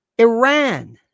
Iran